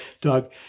Doug